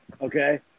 Okay